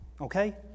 okay